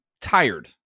tired